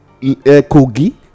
Kogi